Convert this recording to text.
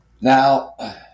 now